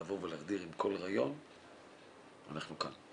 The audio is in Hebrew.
לבוא עם כל רעיון אנחנו כאן.